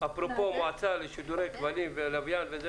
אפרופו מועצה לשידורי כבלים ולוויין,